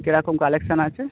কিরকম কালেকশান আছে